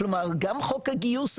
כלומר גם חוק הגיוס,